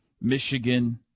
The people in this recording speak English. Michigan